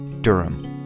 Durham